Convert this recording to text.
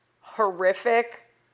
horrific